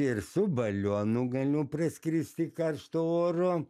ir su balionu galiu praskristi karšto oro